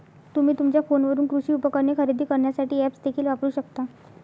तुम्ही तुमच्या फोनवरून कृषी उपकरणे खरेदी करण्यासाठी ऐप्स देखील वापरू शकता